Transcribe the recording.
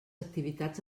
activitats